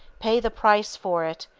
pay the price for it,